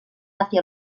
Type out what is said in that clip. hacia